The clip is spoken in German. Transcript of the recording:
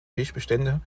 fischbestände